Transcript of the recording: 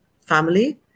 family